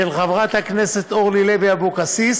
של חברת הכנסת אורלי לוי אבקסיס